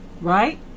right